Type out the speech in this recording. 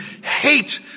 hate